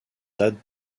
datent